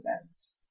events